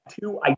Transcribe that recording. two